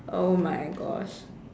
oh my gosh